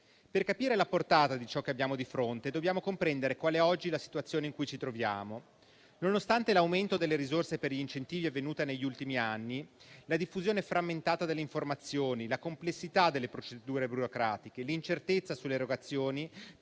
Per capire la portata di ciò che abbiamo di fronte, dobbiamo comprendere qual è oggi la situazione in cui ci troviamo. Nonostante l'aumento delle risorse per gli incentivi avvenuto negli ultimi anni, la diffusione frammentata delle informazioni, la complessità delle procedure burocratiche, l'incertezza sull'erogazioni